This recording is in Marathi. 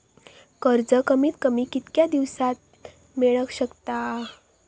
कर्ज कमीत कमी कितक्या दिवसात मेलक शकता?